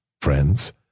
friends